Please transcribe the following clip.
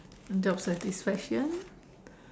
the satisfaction